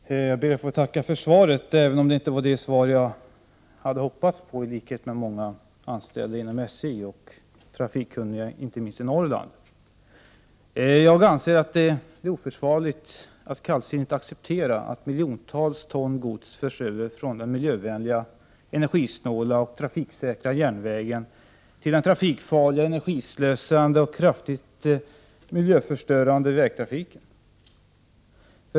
Herr talman! Jag ber att få tacka för svaret, även om det inte var det svar som jag, liksom många anställda inom SJ och trafikkunniga personer inte minst i Norrland, hade hoppats på. Jag anser att det är oförsvarligt att kallsinnigt acceptera att miljontals ton gods förs över från den miljövänliga, energisnåla och trafiksäkra järnvägen till den trafikfarliga, energislösande och kraftigt miljöförstörande vägtrafiken.